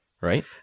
Right